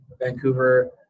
Vancouver